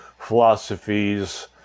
philosophies